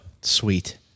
Sweet